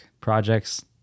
projects